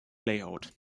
layout